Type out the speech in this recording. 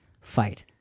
fight